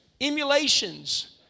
Emulations